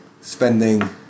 spending